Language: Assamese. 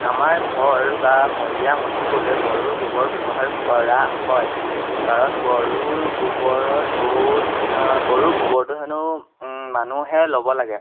আমাৰ ঘৰ বা মজিয়া মোচিবলৈ গৰুৰ গোবৰ ব্যৱহাৰ কৰা হয় কাৰণ গৰুৰ গোবৰত বহুত গৰুৰ গোবৰটো হেনো মানুহে ল'ব লাগে